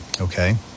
Okay